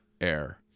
air